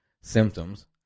symptoms